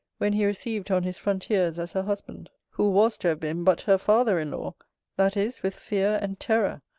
when he received her on his frontiers as her husband, who was to have been but her father-in-law that is, with fear and terror,